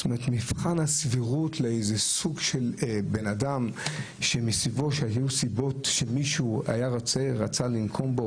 מבחן הסבירות לאיזה סוג של בן אדם שהיו סיבות שמישהו לנקום בו,